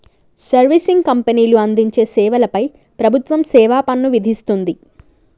servicing కంపెనీలు అందించే సేవల పై ప్రభుత్వం సేవాపన్ను విధిస్తుంది